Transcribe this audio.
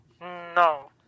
No